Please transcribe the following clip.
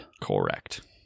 correct